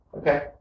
Okay